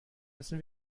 müssen